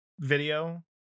video